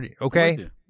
Okay